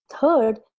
third